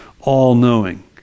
all-knowing